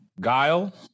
Guile